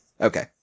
Okay